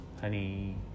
honey